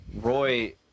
Roy